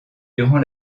durant